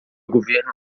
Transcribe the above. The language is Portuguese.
governo